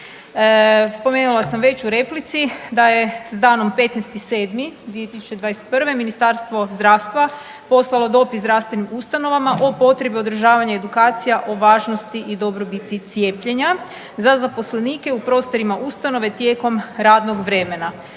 Spomenula sam već u replici da je s danom 15.7.2021. Ministarstvo zdravstva poslalo dopis zdravstvenim ustanovama o potrebi održavanja edukacija o važnosti i dobrobiti cijepljenja za zaposlenike u prostorima ustanove tijekom radnog vremena.